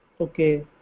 okay